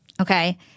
okay